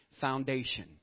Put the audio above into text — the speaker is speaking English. foundation